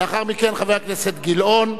לאחר מכן חבר הכנסת גילאון,